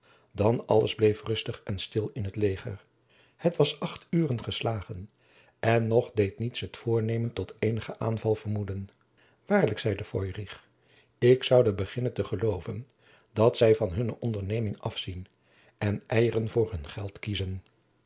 dan alles bleef rustig en stil in het leger het was acht uren geslagen en nog deed niets het voornemen tot eenigen aanval vermoeden waarlijk zeide feurich ik zoude beginnen te geloven dat zij van hunne onderneming afzien en eieren voor hun geld kiezen